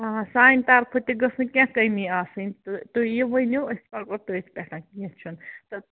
آ سانہِ طرفہٕ تہِ گٔژھ نہٕ کیٚنٛہہ کٔمی آسٕنۍ تہٕ تُہۍ یہِ ؤنِو أسۍ پَکو تٔتھۍ پٮ۪ٹھ کیٚنٛہہ چھُنہٕ تہٕ